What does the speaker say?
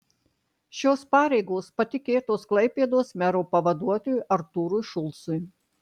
šios pareigos patikėtos klaipėdos mero pavaduotojui artūrui šulcui